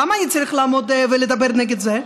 למה אני צריך לעמוד ולדבר נגד זה?